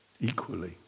equally